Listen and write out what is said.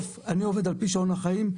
אני עובד על פי שעון החיים,